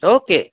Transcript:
okay